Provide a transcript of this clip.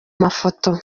mafoto